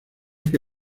que